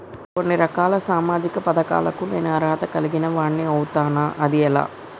కొన్ని రకాల సామాజిక పథకాలకు నేను అర్హత కలిగిన వాడిని అవుతానా? అది ఎలా?